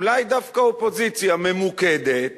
אולי דווקא אופוזיציה ממוקדת